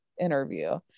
interview